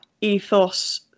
ethos